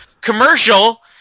commercial